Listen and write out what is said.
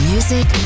Music